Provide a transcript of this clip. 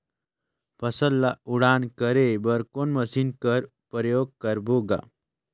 फसल ल उड़ान करे बर कोन मशीन कर प्रयोग करबो ग?